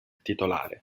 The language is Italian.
titolare